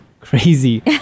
crazy